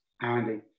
Andy